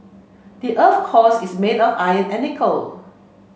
the earth's cores is made of iron and nickel